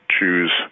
choose